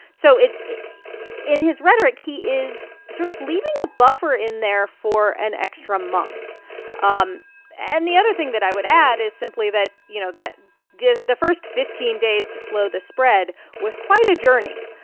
so it in his rhetoric, he is sort of leaving a buffer in there for an extra month um and the other thing that i would add is simply that you know, that the the first fifteen days to slow the spread was quite a journey,